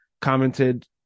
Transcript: commented